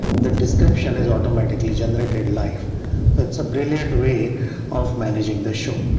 that description is automatically generated. life it's a brilliant way of managing the show.